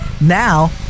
Now